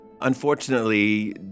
Unfortunately